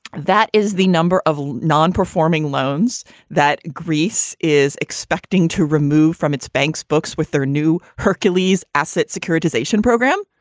that is the number of non-performing loans that greece is expecting to remove from its banks books with their new hercules asset securitization program,